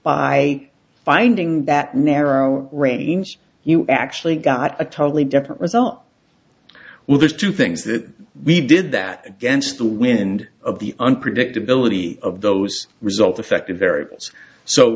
by finding that narrow range you actually got a totally different result well there's two things that we did that against the wind of the unpredictability of those results affected variables so